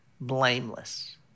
blameless